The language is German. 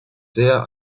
sehr